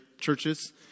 churches